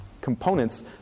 components